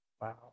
Wow